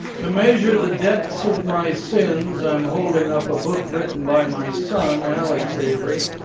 to measure the depths of my sins, i'm holding up a book written by my son, alex avery.